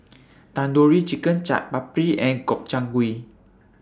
Tandoori Chicken Chaat Papri and Gobchang Gui